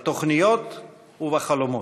בתוכניות ובחלומות.